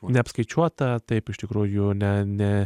neapskaičiuota taip iš tikrųjų ne ne